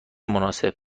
مناسب